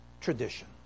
tradition